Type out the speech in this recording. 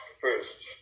first